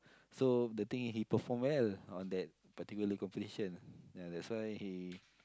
so the thing is he perform well on that particular competition ya that's why he